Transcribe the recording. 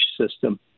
system